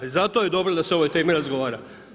I zato je dobro da se o ovoj temi razgovara.